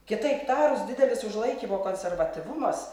kitaip tarus didelis užlaikymo konservatyvumas